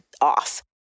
off